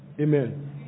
Amen